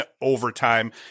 overtime